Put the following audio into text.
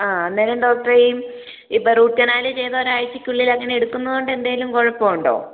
ആ അന്നേരം ഡോക്ടറെ ഈ ഇപ്പോൾ റൂട്ട് കനാല് ചെയ്ത് ഒരാഴ്ചക്കുള്ളിൽ അങ്ങനെ എടുക്കുന്നകൊണ്ട് എന്തേലും കൊഴപ്പമുണ്ടോ